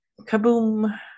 kaboom